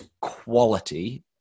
quality